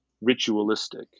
ritualistic